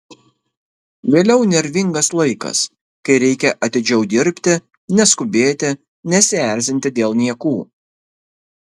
vėliau nervingas laikas kai reikia atidžiau dirbti neskubėti nesierzinti dėl niekų